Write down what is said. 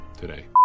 today